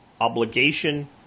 obligation